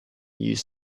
use